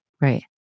Right